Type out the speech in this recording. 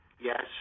Yes